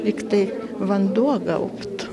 lyg tai vanduo gaubtų